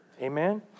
Amen